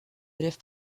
élève